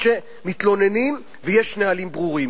אף-על-פי שמתלוננים ויש נהלים ברורים.